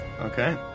Okay